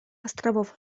островов